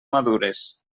madures